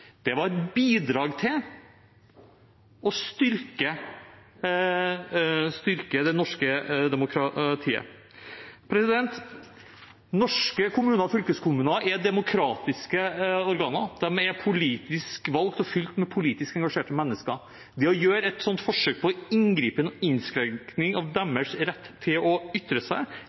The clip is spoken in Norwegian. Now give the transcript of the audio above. Det var et bidrag til å styrke det norske demokratiet. Norske kommuner og fylkeskommuner er demokratiske organer. De er politisk valgt og fylt med politisk engasjerte mennesker. Det å gjøre et slikt forsøk på inngripen og innskrenkning av deres rett til å ytre seg,